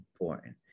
important